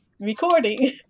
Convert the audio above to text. recording